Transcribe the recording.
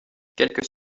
quelques